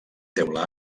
teula